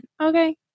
Okay